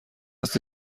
است